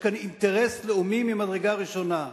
יש כאן אינטרס לאומי ממדרגה ראשונה.